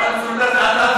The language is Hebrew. נשק?